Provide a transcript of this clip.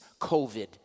COVID